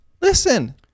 Listen